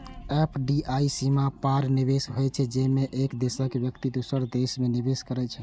FDI सीमा पार निवेश होइ छै, जेमे एक देशक व्यक्ति दोसर देश मे निवेश करै छै